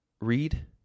read